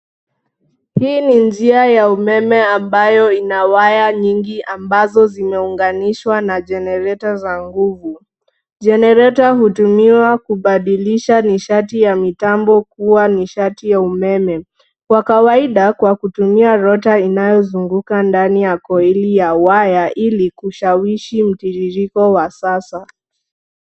Hii ni njia ya umeme ambayo ina waya nyingi ambazo zimeunganishwa na jenereta za nguvu. Jenereta hutumiwa kubadilisha nishati ya mitambo kuwa nishati ya umeme; kwa kawaida kwa kutumia rota inayozunguka ndani ya koili ya waya ili kushawishi mtiririko wa sasa.